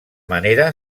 manera